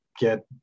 get